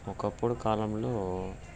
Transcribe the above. ఒకప్పుటి కాలంలో